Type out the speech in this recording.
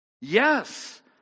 Yes